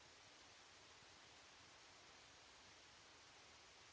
Grazie